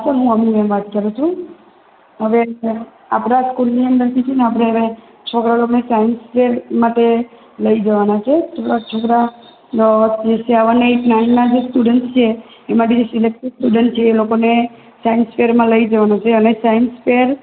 sir હું Avani ma'am વાત કરું છું હવે સર આપણાં સ્કૂલની અંદરથી છે ને આપણે હવે છોકરા લોકોને સાઇન્સ ફેર માટે લઈ જવાના છે થોડાક છોકરા સેવન એટ નાઇનના જે સ્ટુડન્ટ્સ છે એમાંથી સિલેક્ટેડ સ્ટુડન્ટ્સ છે એ લોકોને સાઇન્સ ફેરમાં લઈ જવાના છે અને સાઇન્સ ફેર